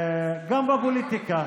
גם בפוליטיקה,